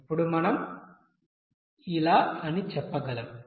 ఇప్పుడు మనం అని చెప్పగలం